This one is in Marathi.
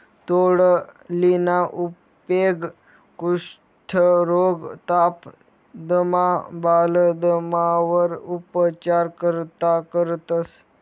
तोंडलीना उपेग कुष्ठरोग, ताप, दमा, बालदमावर उपचार करता करतंस